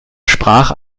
sprach